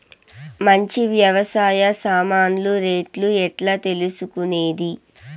మంచి వ్యవసాయ సామాన్లు రేట్లు ఎట్లా తెలుసుకునేది?